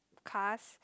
cars